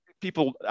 people